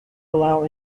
allow